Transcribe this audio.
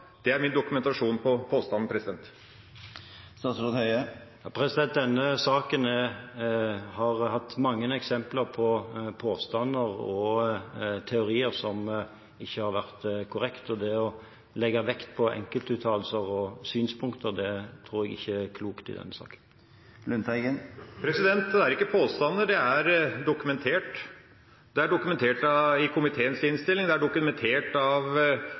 Det er min dokumentasjon på påstanden. Denne saken har hatt mange eksempler på påstander og teorier som ikke har vært korrekte, og det å legge vekt på enkeltuttalelser og synspunkter tror jeg ikke er klokt i denne saken. Det er ikke påstander. Det er dokumentert. Det er dokumentert i komiteens innstilling, og det er dokumentert av